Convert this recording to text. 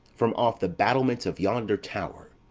from off the battlements of yonder tower,